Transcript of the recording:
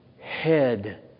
head